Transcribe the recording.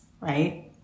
right